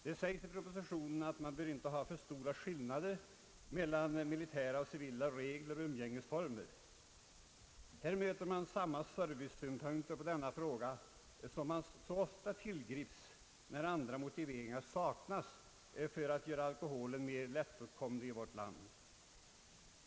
Det sägs i propositionen att man inte bör ha för stora »skillnader mellan militära och civila regler och umgängesformer». Här möter vi samma servicesynpunkter som så ofta tillgrips när andra motiveringar saknas för att göra alkoholen mera lättåtkomlig i vårt land.